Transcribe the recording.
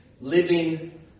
living